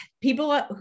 people